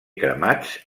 cremats